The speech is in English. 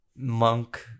monk